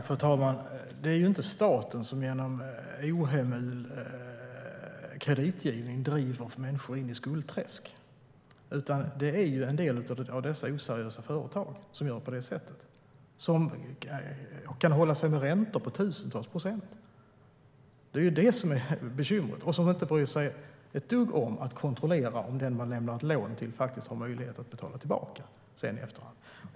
Fru talman! Det är inte staten som genom ohemul kreditgivning driver människor in i skuldträsk, utan det är en del av dessa oseriösa företag som gör på det sättet och som kan ha räntor på tusentals procent. Det är det som är bekymret. Dessa företag bryr sig inte ett dugg om att kontrollera om den som de lämnar ett lån till faktiskt har möjlighet att betala tillbaka pengarna.